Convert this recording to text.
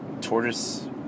tortoise